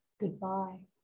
goodbye